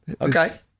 Okay